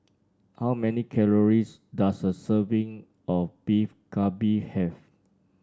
how many calories does a serving of Beef Galbi have